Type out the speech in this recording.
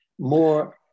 more